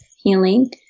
healing